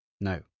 No